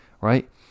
right